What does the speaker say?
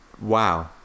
wow